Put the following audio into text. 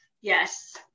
yes